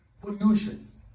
pollutions